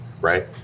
right